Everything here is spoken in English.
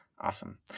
Awesome